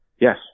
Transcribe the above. Yes